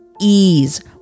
ease